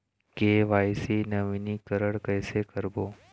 KYC नवीनीकरण कैसे करबो?